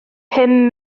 pum